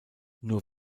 nur